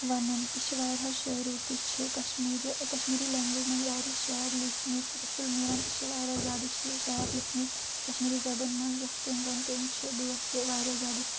ونان یہِ چھِ واریہو شٲریو تہِ چھِ کشمیٖری کشمیٖری لینٛگویج منٛز واریاہ شعر لیٖکھمٕتۍ رٔسول میٖرَن تہِ چھُ واریاہ زیادٕ شاعر لیکھمٕتۍ کشمیٖری زَبٲنۍ منٛز یَتھ کٔنۍ زَن تِم چھِ بٲتھ تہِ واریاہ زیادٕ